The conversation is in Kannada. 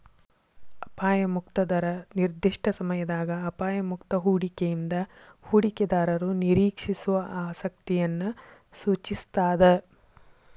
ಅಪಾಯ ಮುಕ್ತ ದರ ನಿರ್ದಿಷ್ಟ ಸಮಯದಾಗ ಅಪಾಯ ಮುಕ್ತ ಹೂಡಿಕೆಯಿಂದ ಹೂಡಿಕೆದಾರರು ನಿರೇಕ್ಷಿಸೋ ಆಸಕ್ತಿಯನ್ನ ಸೂಚಿಸ್ತಾದ